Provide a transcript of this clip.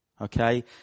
Okay